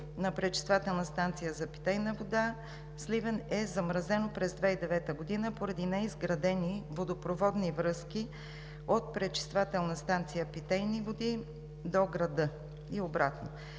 на пречиствателна станция за питейна вода – Сливен, е замразено през 2009 г. поради неизградени водопроводни връзки от пречиствателната станция за питейни води до града и обратно.